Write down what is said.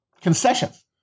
concessions